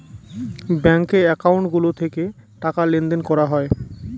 ব্যাঙ্কে একাউন্ট গুলো থেকে টাকা লেনদেন করা হয়